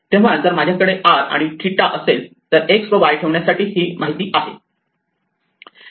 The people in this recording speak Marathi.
तेव्हा जर माझ्याकडे r आणि 𝜭 असेल तर x व y ठेवण्यासाठी ही माहिती आहे